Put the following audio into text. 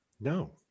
No